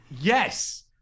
Yes